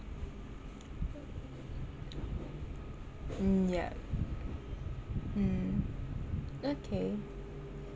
mm yup mm okay